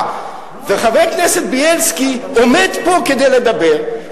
וחבר הכנסת בילסקי עומד פה כדי לדבר,